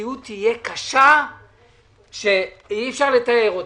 המציאות תהיה קשה שאי אפשר לתאר אותה.